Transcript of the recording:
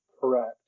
Correct